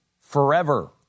forever